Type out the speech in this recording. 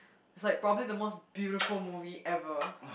is like probably the most beautiful movie ever